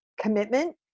commitment